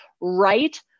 right